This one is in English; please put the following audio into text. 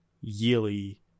yearly